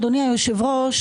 אדוני יושב הראש,